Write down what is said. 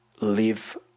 live